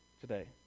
today